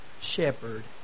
shepherd